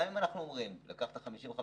גם אם אנחנו אומרים: לקחת 55%,